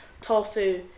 tofu